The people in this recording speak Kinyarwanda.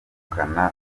ubukana